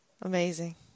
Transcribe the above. Amazing